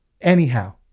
anyhow